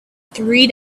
three